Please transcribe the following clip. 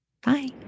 Bye